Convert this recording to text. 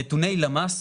נתוני למ"ס,